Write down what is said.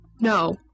No